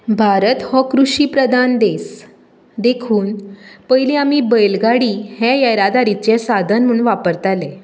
भारत हो कृशी प्रधान देश देखून पयलीं आमी बैलगाडी हें येरादारिचें साधन म्हूण वापरताले